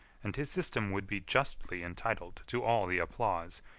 and his system would be justly entitled to all the applause,